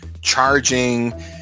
charging